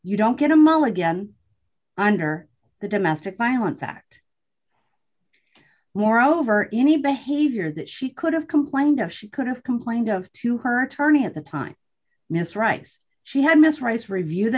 you don't get a mulligan under the domestic violence act moreover any behavior that she could have complained of she could have complained of to her attorney at the time miss rice she had miss rice review the